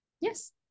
yes